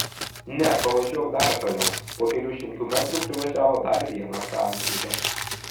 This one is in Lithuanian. ne pavažiuok dar toliau po kelių šimtų metrų privažiavo dar vieną sankryžą